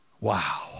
Wow